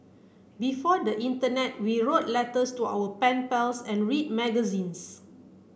before the internet we wrote letters to our pen pals and read magazines